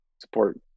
support